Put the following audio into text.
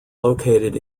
located